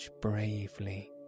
bravely